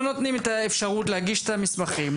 לא נותנים את האפשרות להגיש את המסמכים,